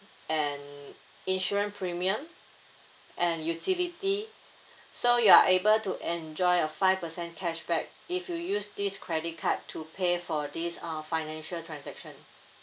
and insurance premium and utility so you are able to enjoy a five percent cashback if you use this credit card to pay for this uh financial transaction